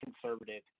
conservative